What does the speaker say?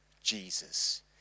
Jesus